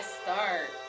start